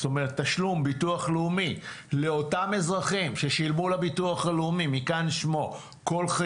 כלפי תשלום ביטוח לאומי לאותם אזרחים ששילמו לביטוח הלאומי כל חייהם,